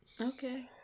Okay